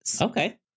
Okay